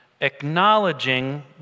Acknowledging